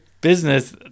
business